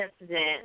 incident